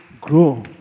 grow